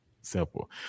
simple